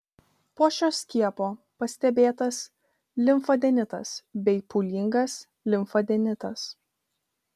po šio skiepo pastebėtas limfadenitas bei pūlingas limfadenitas